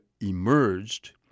emerged